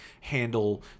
handle